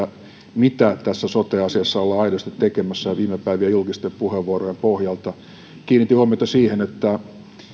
mitä tässä sote asiassa ollaan aidosti tekemässä viime päivien julkisten puheenvuorojen pohjalta kiinnitin huomiota siihen että